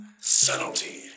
subtlety